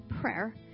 prayer